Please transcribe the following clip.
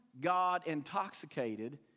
God-intoxicated